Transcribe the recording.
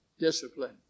discipline